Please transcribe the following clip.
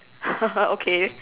okay